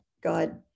God